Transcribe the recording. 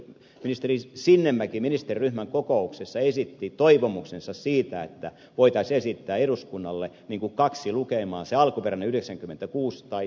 ministeri sinnemäki ministeriryhmän kokouksessa esitti toivomuksensa siitä että voitaisiin esittää eduskunnalle kaksi lukemaa